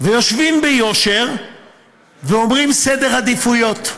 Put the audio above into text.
ויושבים ביושר ואומרים: סדר עדיפויות.